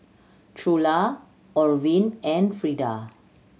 Trula Orvin and Frida